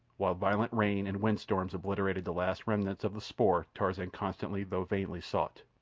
while violent rain and wind storms obliterated the last remnants of the spoor tarzan constantly though vainly sought.